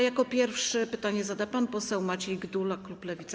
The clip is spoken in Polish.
Jako pierwszy pytanie zada pan poseł Maciej Gdula, klub Lewica.